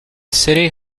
city